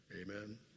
Amen